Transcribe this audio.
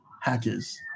hackers